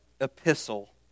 epistle